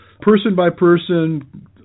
person-by-person